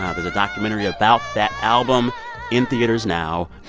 ah there's a documentary about that album in theaters now.